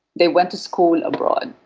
they went to school abroad.